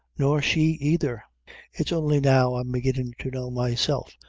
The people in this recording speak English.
nor she either it's only now i'm beginnin' to know myself.